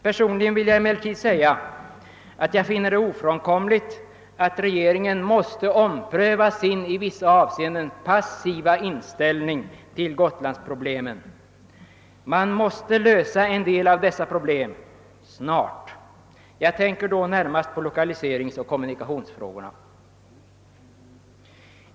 Jag finner det emellertid ofrånkomligt att regeringen omprövar sin i vissa avseenden passiva inställning till Gotlands problem, vilka måste lösas snart. Jag tänker då närmast på lokaliseringsoch kommunikationsfrågorna.